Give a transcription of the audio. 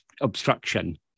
obstruction